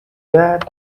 that